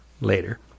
Later